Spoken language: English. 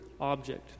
object